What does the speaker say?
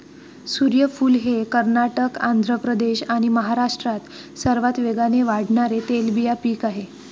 सूर्यफूल हे कर्नाटक, आंध्र प्रदेश आणि महाराष्ट्रात सर्वात वेगाने वाढणारे तेलबिया पीक आहे